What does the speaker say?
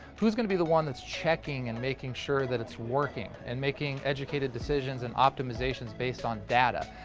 who's going to be the one that's checking and making sure that it's working and making educated decisions and optimizations based on data?